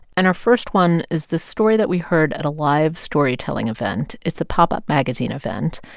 and our first one is this story that we heard at a live storytelling event. it's a pop-up magazine event,